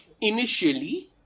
Initially